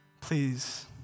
Please